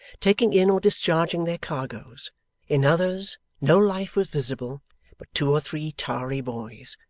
taking in or discharging their cargoes in others no life was visible but two or three tarry boys,